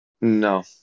No